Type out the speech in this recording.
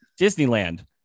disneyland